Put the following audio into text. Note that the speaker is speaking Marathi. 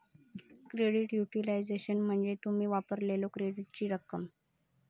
क्रेडिट युटिलायझेशन म्हणजे तुम्ही वापरलेल्यो क्रेडिटची रक्कम